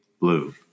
Blue